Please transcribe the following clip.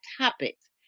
topics